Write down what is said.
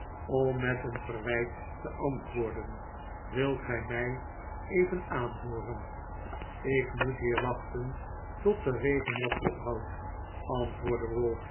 om met een verwijt te antwoorden wilt gij mij even aanhooren ik moet hier wachten tot de regen wat ophoudt antwoordde ralph